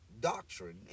doctrine